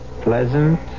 pleasant